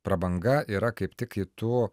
prabanga yra kaip tik kai tu